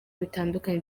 bitandukanye